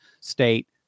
state